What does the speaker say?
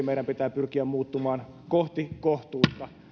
meidän pitää pyrkiä muuttamaan kohti kohtuutta